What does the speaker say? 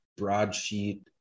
broadsheet